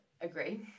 agree